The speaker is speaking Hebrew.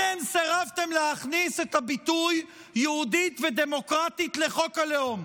אתם סירבתם להכניס את הביטוי "יהודית ודמוקרטית" לחוק הלאום,